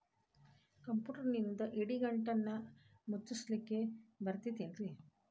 ಕಂಪ್ಯೂಟರ್ನಿಂದ್ ಇಡಿಗಂಟನ್ನ ಮುಚ್ಚಸ್ಲಿಕ್ಕೆ ಬರತೈತೇನ್ರೇ?